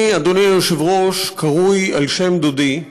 אני, אדוני היושב-ראש, קרוי על שם דודי,